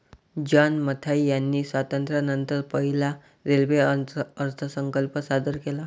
John Mathai यांनी स्वातंत्र्यानंतर पहिला रेल्वे अर्थसंकल्प सादर केला